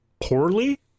poorly